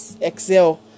excel